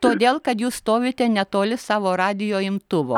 todėl kad jūs stovite netoli savo radijo imtuvo